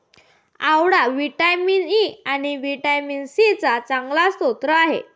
आवळा vitamin E आणि vitamin C चा चांगला स्रोत आहे